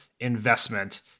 investment